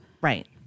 Right